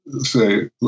say